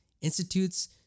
institutes